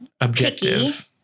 Objective